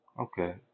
okay